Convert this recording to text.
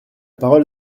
parole